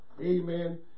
Amen